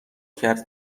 کرد